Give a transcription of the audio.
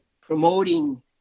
promoting